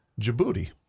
Djibouti